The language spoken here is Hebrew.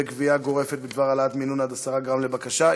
וקביעה גורפת בדבר העלאת מינון עד 10 גרם לבקשה.